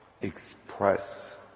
express